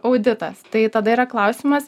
auditas tai tada yra klausimas